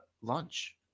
lunch